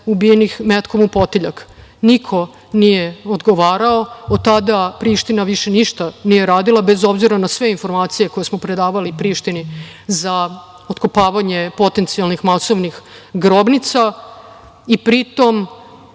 ubijenih metkom u potiljak. Niko nije odgovarao, od tada Priština više ništa nije radila, bez obzira na sve informacije koje smo predavali Prištini za otkopavanje potencijalnih masovnih grobnica i pri tom